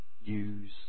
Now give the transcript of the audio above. Use